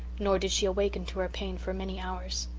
nor did she waken to her pain for many hours.